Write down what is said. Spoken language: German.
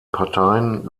parteien